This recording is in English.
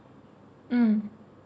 mm